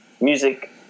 Music